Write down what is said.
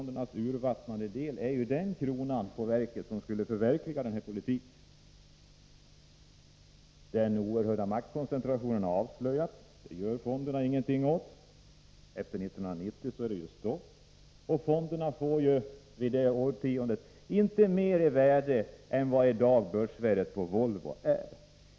De urvattnade löntagarfonderna är kronan på verket, som skulle förverkliga denna politik. Den oerhörda maktkoncentration som har avslöjats gör fonderna ingenting åt. Efter 1990 är det ju stopp, och fonderna har det året inte större värde än börsvärdet på Volvo i dag.